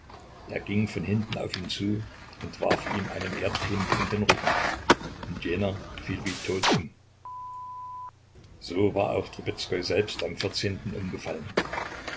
er ging von hinten auf ihn zu und warf ihm einen erdklumpen in den rücken und jener fiel wie tot um so war auch trubezkoi selbst am vierzehnten umgefallen